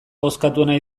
bozkatuena